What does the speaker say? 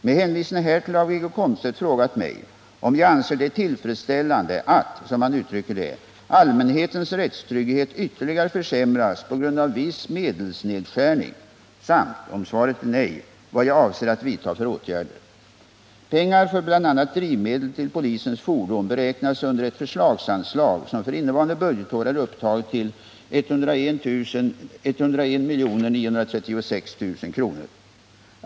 Med hänvisning härtill har Wiggo Komstedt frågat mig om jag anser det tillfredsställande att, som han uttrycker det, allmänhetens rättstrygghet ytterligare försämras på grund av viss medelsnedskärning samt, om svaret är nej, vad jag avser att vidta för åtgärder. Pengar för bl.a. drivmedel till polisens fordon beräknas under ett förslagsanslag som för innevarande budgetår är upptaget till 101 936 000 kr.